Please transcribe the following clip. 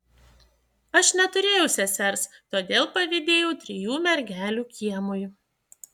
aš neturėjau sesers todėl pavydėjau trijų mergelių kiemui